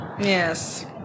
Yes